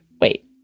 Wait